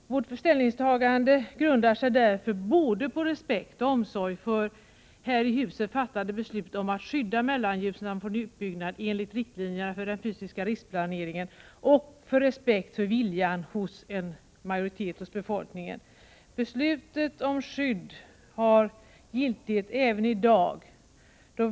Vårt ställningstagande grundar sig både på respekt för här i huset fattade beslut om att skydda Mellanljusnan från utbyggnad enligt riktlinjerna för den fysiska riksplaneringen och på respekt för viljan hos majoriteten av befolkningen. Beslutet om skydd har giltighet även i dag.